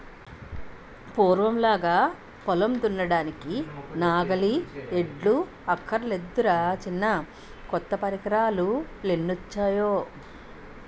పూర్వంలాగా పొలం దున్నడానికి నాగలి, ఎడ్లు అక్కర్లేదురా చిన్నా కొత్త పరికరాలెన్నొచ్చేయో